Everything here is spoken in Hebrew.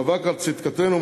המאבק על צדקתנו,